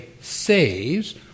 saves